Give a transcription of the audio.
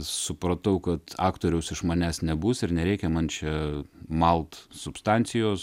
supratau kad aktoriaus iš manęs nebus ir nereikia man čia malt substancijos